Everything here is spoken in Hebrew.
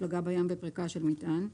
הפלגה בים ופריקה של מטען,